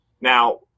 Now